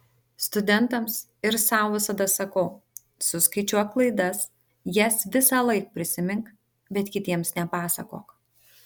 studentams ir sau visada sakau suskaičiuok klaidas jas visąlaik prisimink bet kitiems nepasakok